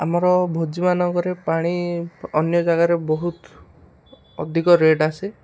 ଆମର ଭୋଜି ମାନଙ୍କରେ ପାଣି ଅନ୍ୟ ଜାଗାରେ ବହୁତ ଅଧିକ ରେଟ୍ ଆସେ